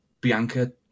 Bianca